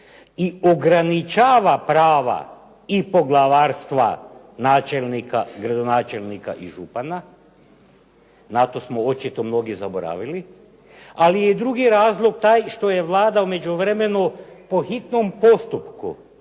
i ograničava prava i poglavarstva, načelnika, gradonačelnika i župana, na to smo mnogi očito zaboravili, ali je drugi razlog taj što je Vlada u međuvremenu po hitnom postupku